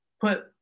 put